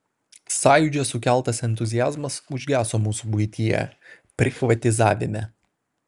sąjūdžio sukeltas entuziazmas užgeso mūsų buityje prichvatizavime